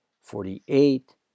forty-eight